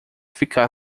ficar